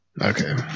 Okay